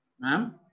Ma'am